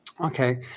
Okay